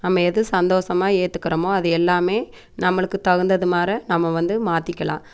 நம்ம எது சந்தோஷமாக ஏத்துக்கிறமோ அது எல்லாமே நம்மளுக்கு தகுந்ததுமாற நம்ம வந்து மாத்திக்கலான்